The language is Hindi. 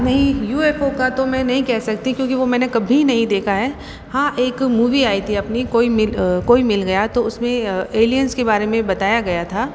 नहीं यू एफ ओ का तो मैं नहीं कह सकती क्योंकि वो मैंने कभी नहीं देखा है हाँ एक मूवी आई थी अपनी कोई मिल कोई मिल गया तो उसमें एलियंस के बारे में बताया गया था